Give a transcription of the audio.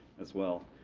as well.